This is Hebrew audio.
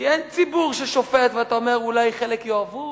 כי אין ציבור ששופט, ואתה אומר אולי חלק יאהבו,